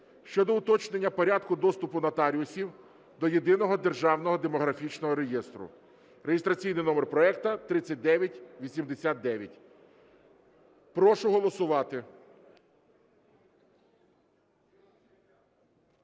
щодо уточнення порядку доступу нотаріусів до Єдиного державного демографічного реєстру (реєстраційний номер проекту 3989). Прошу голосувати.